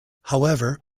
however